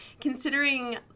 considering